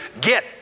get